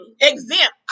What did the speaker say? Exempt